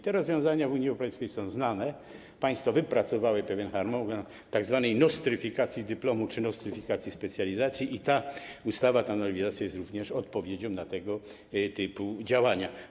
Te rozwiązania w Unii Europejskiej są znane, państwa wypracowały pewien harmonogram tzw. nostryfikacji dyplomu czy nostryfikacji specjalizacji i ta ustawa, ta nowelizacja jest również odpowiedzią na tego typu działania.